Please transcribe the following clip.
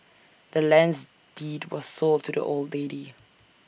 the land's deed was sold to the old lady